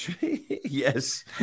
yes